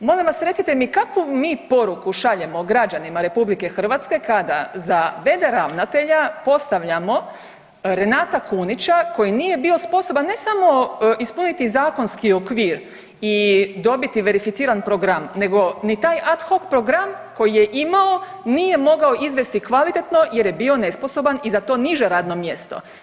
Molim vas recite mi kakvu mi poruku šaljemo građanima RH kada za v.d. ravnatelja postavljamo Renata Kunića koji nije bio sposoban ne samo ispuniti zakonski okvir i dobiti verificiran program, nego ni taj ad hoc program koji je imao nije mogao izvesti kvalitetno jer je bio nesposoban i za to niže radno mjesto.